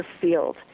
field